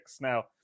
Now